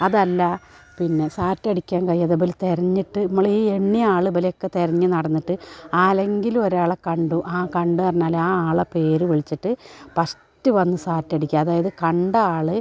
അതല്ല പിന്നെ സാറ്റടിക്കാൻ കൈയാതെ ഇബല് തിരഞ്ഞിട്ട് നമ്മളീ എണ്ണിയ ആൾ ഇബലെയൊക്കെ തിരഞ്ഞു നടന്നിട്ട് ആരെയെങ്കിലും ഒരാളെ കണ്ടു ആ കണ്ടറിഞ്ഞാൽ ആ ആളുടെ പേർ വിളിച്ചിട്ടു ഫസ്റ്റു വന്നു സാറ്റടിക്കുക അതായതു കണ്ട ആൾ